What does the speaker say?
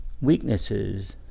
weaknesses